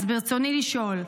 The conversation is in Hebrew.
ברצוני לשאול: